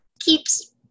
keeps